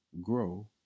grow